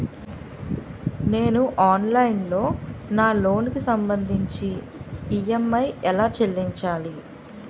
నేను ఆన్లైన్ లో నా లోన్ కి సంభందించి ఈ.ఎం.ఐ ఎలా చెల్లించాలి?